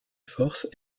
forces